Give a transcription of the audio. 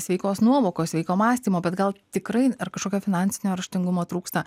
sveikos nuovokos sveiko mąstymo bet gal tikrai ar kažkokio finansinio raštingumo trūksta